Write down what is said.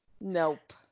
nope